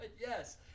Yes